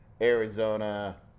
arizona